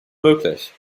möglich